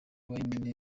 wine